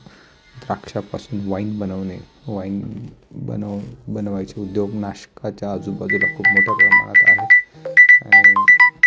द्राक्षापासून वाईन बनवणे वाईन बनव बनवायचे उद्योग नाशकाच्या आजूबाजूला खूप मोठ्या प्रमाणात आहेत आणि